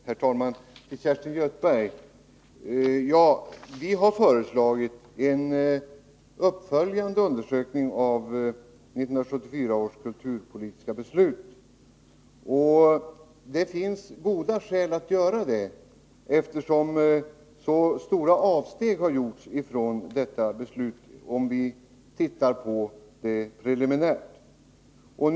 Herr talman! Vi har föreslagit en uppföljande undersökning av 1974 års kulturpolitiska beslut, Kerstin Göthberg. Det finns goda skäl att göra det, eftersom så stora avsteg har gjorts från detta beslut enligt vad man preliminärt kan se.